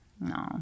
no